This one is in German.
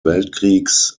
weltkriegs